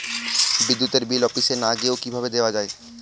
বিদ্যুতের বিল অফিসে না গিয়েও কিভাবে দেওয়া য়ায়?